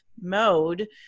mode